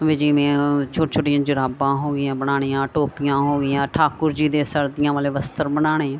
ਵੀ ਜਿਵੇਂ ਉਹ ਛੋਟ ਛੋਟੀਆਂ ਜੁਰਾਬਾਂ ਹੋ ਗਈਆਂ ਬਣਾਉਣੀਆਂ ਟੋਪੀਆਂ ਹੋ ਗਈਆਂ ਠਾਕੁਰ ਜੀ ਦੇ ਸਰਦੀਆਂ ਵਾਲੇ ਬਸਤਰ ਬਣਾਉਣੇ